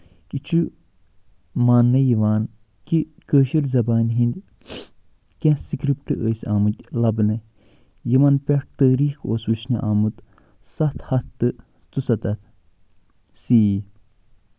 یہِ چھُ ماننہٕ یِوان کہِ کٲشِر زَبٲنۍ ۂندۍ کیٚنہہ سَکرِپٹ ٲسۍ آمٕتۍ لَبنہٕ یِمَن پٮ۪ٹھ تٲریٖخ اوس وُچھنہٕ آمُت سَتھ ہَتھ تہٕ ژُسَتھ سی